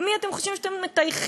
את מי אתם חושבים שאתם מטייחים?